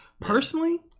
personally